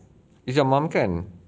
is your mum kan